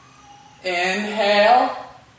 inhale